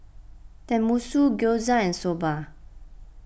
Tenmusu Gyoza and Soba